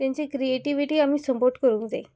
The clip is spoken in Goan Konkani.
तेंची क्रिएटिटिविटी आमी सपोर्ट करूंक जाय